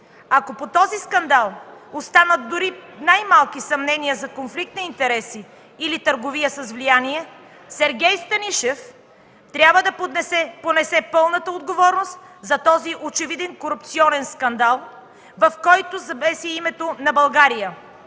Ако по този скандал останат дори най-малки съмнения за конфликт на интереси или търговия с влияние, Сергей Станишев трябва да понесе пълната отговорност за този очевиден корупционен скандал, в който е замесено името на България,